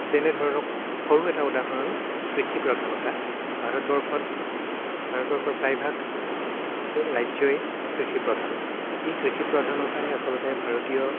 যেনে ধৰক সৰু এটা উদাহৰণ কৃষিপ্ৰধানতা ভাৰতবৰ্ষত ভাৰতবৰ্ষৰ প্ৰায়ভাগ ৰাজ্যই কৃষি প্ৰধান এই কৃষি প্ৰধানতাই আচলতে ভাৰতীয়